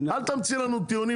אל תמציא לנו טיעונים